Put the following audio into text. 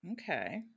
Okay